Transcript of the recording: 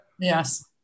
Yes